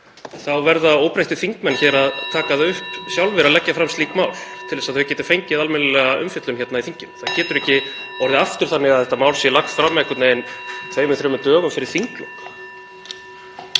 þá verða óbreyttir þingmenn hér að taka það upp sjálfir að leggja fram slík mál til þess að þau geti fengið almennilega umfjöllun hérna í þinginu. Það getur ekki orðið aftur þannig að þetta mál sé lagt fram tveimur, þremur dögum fyrir þinglok.